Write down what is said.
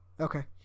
Okay